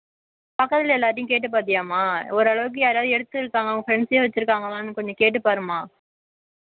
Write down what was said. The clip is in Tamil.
பக்கத்தில் எல்லாேருட்டயும் கேட்டு பார்த்தியாமா ஓரளவுக்கு யாராவது எடுத்திருக்காங்களான்னு உன் ஃப்ரெண்ட்ஸே வச்சுருக்காங்களான்னு கொஞ்சம் கேட்டு பாருமா